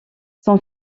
son